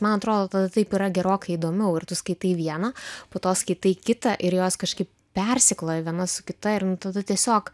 man atrodo tada taip yra gerokai įdomiau ir tu skaitai vieną po to skaitai kitą ir jos kažkaip persikloja viena su kita ir nu tada tiesiog